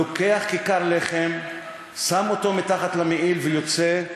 לוקח כיכר לחם, שם אותו מתחת למעיל ויוצא.